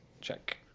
check